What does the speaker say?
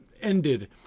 ended